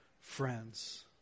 friends